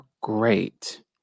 great